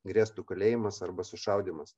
grėstų kalėjimas arba sušaudymas